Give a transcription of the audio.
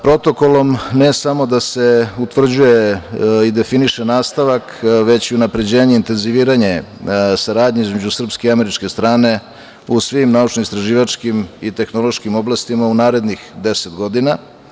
Protokolom ne samo da se utvrđuje i definiše nastavak, već i unapređenje i intenziviranje saradnje između srpske i američke strane u svim naučno-istraživačkim i tehnološkim oblastima u narednih deset godina.